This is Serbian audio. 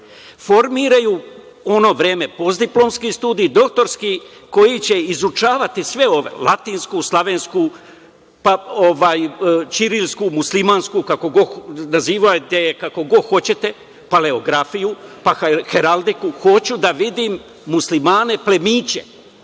formiraju u ono vreme postdiplomske studije, doktorske, koje će izučavati sve ove - latinsku, slavensku, ćirilsku, muslimansku, nazivajte je kako god hoćete, paleografiju, pa heraldiku. Hoću da vidim Muslimane plemiće.